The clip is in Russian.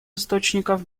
источников